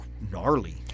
gnarly